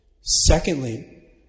Secondly